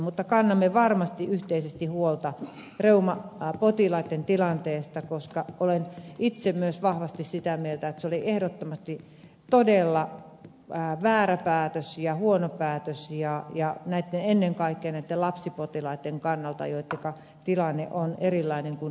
mutta kannamme varmasti yhteisesti huolta reumapotilaitten tilanteesta koska olen itse myös vahvasti sitä mieltä että se oli ehdottomasti todella väärä päätös ja huono päätös ja ennen kaikkea näitten lapsipotilaitten kannalta joittenka tilanne on erilainen kuin aikuispotilaitten osalta